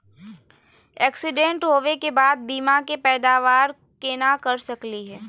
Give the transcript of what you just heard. Accident होवे के बाद बीमा के पैदावार केना कर सकली हे?